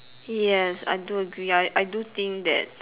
yes I do agree I I do think that